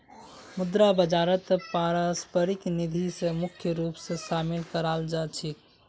मुद्रा बाजारत पारस्परिक निधि स मुख्य रूप स शामिल कराल जा छेक